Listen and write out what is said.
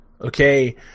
okay